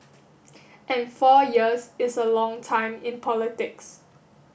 and four years is a long time in politics